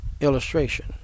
illustration